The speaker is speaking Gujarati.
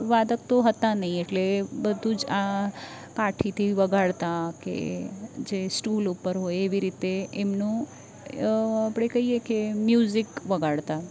વાદક તો હતા નહીં એટલે બધું જ આ કાઠીથી વગાડતા કે જે સ્ટૂલ ઉપર હોય એવી રીતે એમનું આપણે કહીએ કે મ્યુઝિક વગાડતા